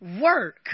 work